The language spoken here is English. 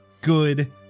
good